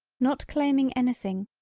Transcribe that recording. not claiming anything,